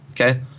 okay